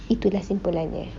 itu lah simple lah eh